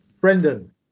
Brendan